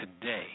today